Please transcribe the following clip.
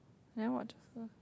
never watch also